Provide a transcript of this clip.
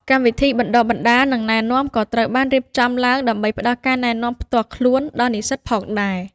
កម្មវិធីបណ្តុះបណ្តាល និងណែនាំ ក៏ត្រូវបានរៀបចំឡើងដើម្បីផ្តល់ការណែនាំផ្ទាល់ខ្លួនដល់និស្សិតផងដែរ។